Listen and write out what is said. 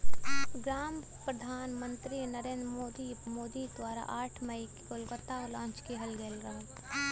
प्रधान मंत्री नरेंद्र मोदी द्वारा आठ मई के कोलकाता में लॉन्च किहल गयल रहल